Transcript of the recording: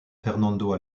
fernando